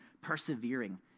persevering